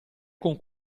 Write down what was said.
con